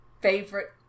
favorite